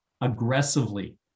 aggressively